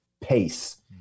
pace